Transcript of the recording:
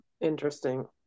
Interesting